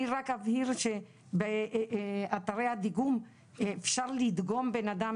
אני רק אבהיר שבאתרי הדיגום אפשר לדגום בן אדם